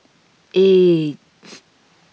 eight